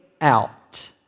out